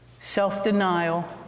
Self-denial